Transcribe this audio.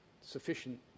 sufficient